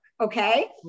okay